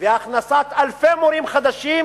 והכנסת אלפי מורים חדשים,